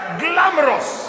glamorous